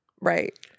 Right